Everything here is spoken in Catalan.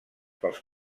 pels